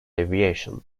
aviation